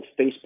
facebook